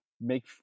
Make